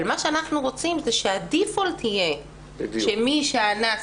מה שאנחנו רוצים זה שברירת המחדל תהיה שמי שאנס